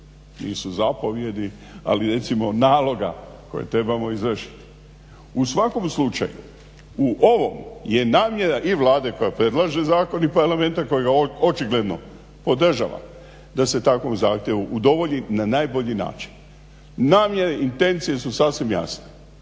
nisu zapovijedi ali recimo naloga koje trebamo izvršiti. U svakom slučaju o ovom je namjera i Vlade koja predlaže zakon i Parlamenta koji ga očigledno podržava da se takvom zahtjevu udovolji na najbolji način. Namjere i intencije su sasvim jasne.